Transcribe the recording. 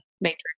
matrix